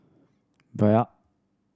Bia